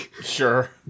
Sure